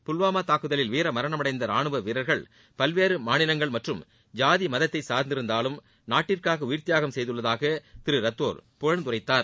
புல்வாமா தாக்குதலில் வீரமரணம் அடைந்த ரானுவ வீரர்கள் பல்வேறு மாநிலங்கள் மற்றும் ஜாதி மதத்தை சார்ந்திருந்தாலும் நாட்டிற்காக உயிர்த்தியாகம் செய்துள்ளதாக திரு ரத்தோர் புகழ்ந்துரைத்தார்